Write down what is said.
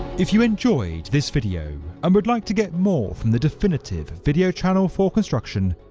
if you enjoyed this video and would like to get more from the definitive video channel for construction,